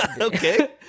Okay